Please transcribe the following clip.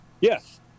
Yes